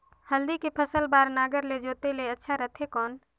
हल्दी के फसल बार नागर ले जोते ले अच्छा रथे कौन?